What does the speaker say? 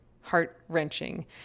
heart-wrenching